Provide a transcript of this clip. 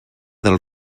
del